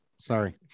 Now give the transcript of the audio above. sorry